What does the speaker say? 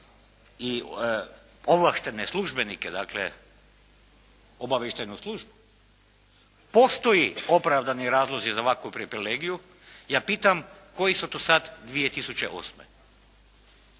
i ovlaštene službenike, dakle obavještajnu službu, postoji opravdani razlozi za ovakvu … ja pitam koji su to sada 2008.